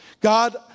God